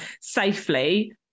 safely